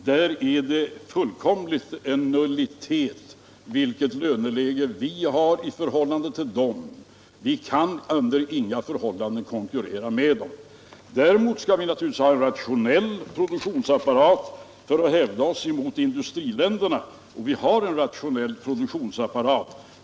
Det är då en nullitet vilket löneläge vi har i förhållande till dem; vi kan under inga förhållanden konkurrera med dem. Däremot skall vi naturligtvis ha en rationell produktionsapparat för att hävda oss mot industriländerna — och vi har en rationell produktionsapparat.